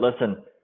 listen